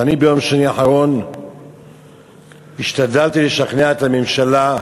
ביום שני האחרון השתדלתי לשכנע את הממשלה,